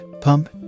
pump